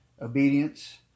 obedience